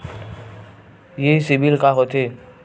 ये सीबिल का होथे?